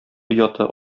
ояты